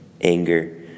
anger